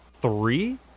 three